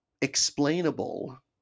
explainable